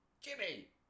Jimmy